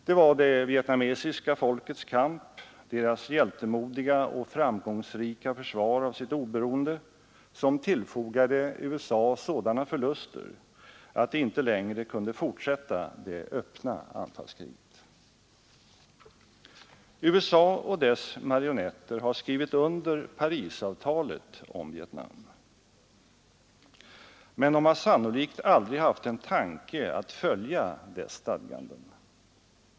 Det var det vietnamesiska folkets kamp, hjältemodiga och framgångsrika försvar av sitt oberoende, som tillfogade USA sådana förluster att det inte längre kunde fortsätta det öppna anfallskriget. USA och dess marionetter har skrivit under Parisavtalet om Vietnam. Men de har sannolikt aldrig haft en tanke att följa dessa stadganden.